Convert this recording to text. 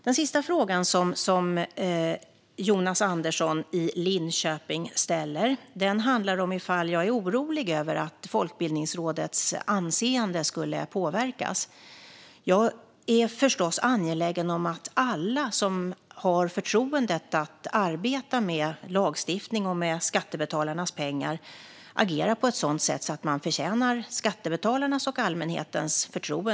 Den sista frågan som Jonas Andersson i Linköping ställer handlar om ifall jag är orolig för att Folkbildningsrådets anseende kan påverkas. Jag är förstås angelägen om att alla som åtnjuter förtroendet att arbeta med lagstiftning och med skattebetalarnas pengar agerar på ett sådant sätt så att man förtjänar detta förtroende från skattebetalarna och allmänheten.